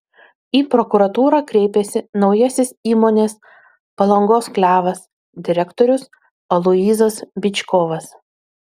į prokuratūrą kreipėsi naujasis įmonės palangos klevas direktorius aloyzas byčkovas